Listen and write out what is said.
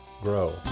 grow